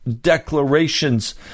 declarations